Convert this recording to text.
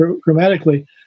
grammatically